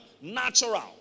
Natural